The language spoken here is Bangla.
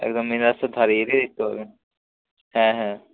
একদম মেন রাস্তার ধারেই এলেই দেখতে পাবেন হ্যাঁ হ্যাঁ